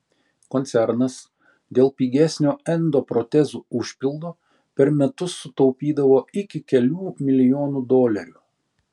koncernas dėl pigesnio endoprotezų užpildo per metus sutaupydavo iki kelių milijonų dolerių